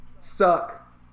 Suck